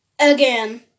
again